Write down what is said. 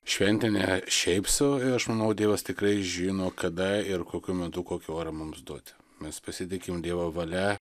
šventė ne šiaip sau aš manau dievas tikrai žino kada ir kokiu metu kokį orą mums duoti mes pasitikim dievo valia